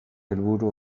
helburu